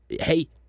hey